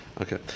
Okay